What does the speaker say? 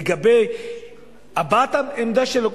לגבי הבעת העמדה שלו,